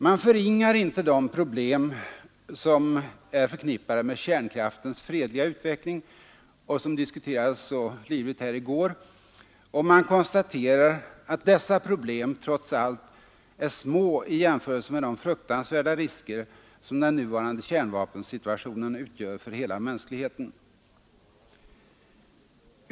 Man förringar inte problem som är förknippade med kärnkraftens fredliga utveckling — och som diskuterades så livligt här i går — om man konstaterar att dessa problem trots allt är små i jämförelse med de fruktansvärda risker som den nuvarande kärnvapensituationen utgör för hela mänskligheten.